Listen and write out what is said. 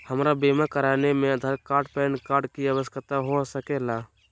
हमरा बीमा कराने में आधार कार्ड पैन कार्ड की आवश्यकता हो सके ला?